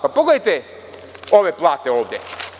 Pogledajte ove plate ovde.